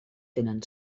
tenen